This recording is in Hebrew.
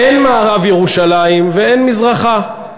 אין מערב ירושלים ואין מזרחה,